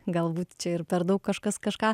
galbūt čia ir per daug kažkas kažką